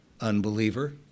unbeliever